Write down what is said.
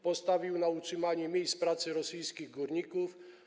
Postawił na utrzymanie miejsc pracy rosyjskich górników.